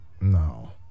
No